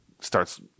starts